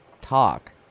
talk